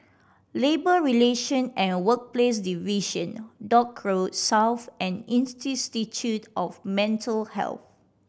Labour Relation And Workplace Division Dock Road South and Institute of Mental Health